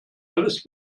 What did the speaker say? alles